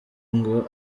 ngo